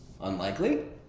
Unlikely